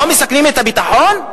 לא מסכנים את הביטחון?